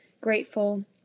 grateful